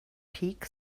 peak